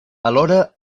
alhora